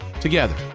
together